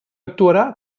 actuarà